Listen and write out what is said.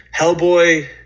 Hellboy